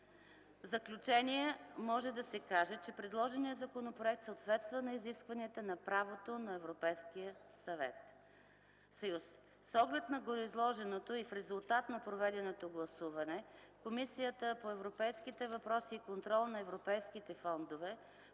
В заключение може да се каже, че предложеният законопроект съответства на изискванията на правото на ЕС. С оглед на гореизложеното и в резултат на проведеното гласуване, Комисията по европейските въпроси и контрол на европейските фондове